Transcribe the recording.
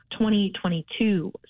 2022